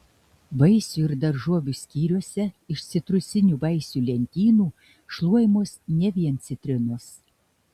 vaisių ir daržovių skyriuose iš citrusinių vaisių lentynų šluojamos ne vien citrinos